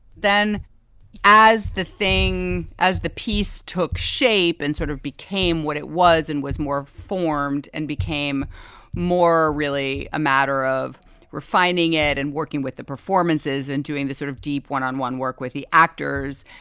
then as the thing as the piece took shape and sort of became what it was and was more formed and became more really a matter of refining it and working with the performances and doing this sort of deep one on one work with the actors,